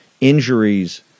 injuries